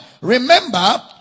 remember